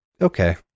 okay